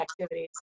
activities